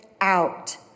out